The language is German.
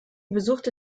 besuchte